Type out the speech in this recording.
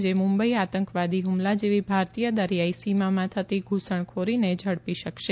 જે મુંબઇ આતંકવાદી હુમલા જેવી ભારતીય દરિયાઇ સીમામાં થતી ધુસણખોરીને ઝડપી શકશે